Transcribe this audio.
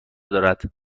دارد